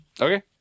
Okay